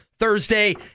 Thursday